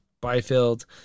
Byfield